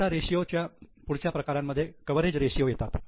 आता रेषीयो च्या पुढच्या प्रकारांमध्ये कव्हरेज रेषीयो येतात